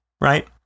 right